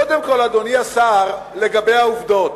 קודם כול, אדוני השר, לגבי העובדות.